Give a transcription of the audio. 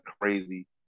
crazy